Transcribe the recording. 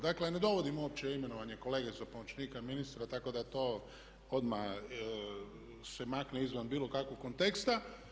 Dakle ne dovodim uopće u … imenovanje kolege za pomoćnika ministra, tako da to odmah se makne izvan bilo kakvog konteksta.